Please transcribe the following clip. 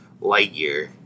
Lightyear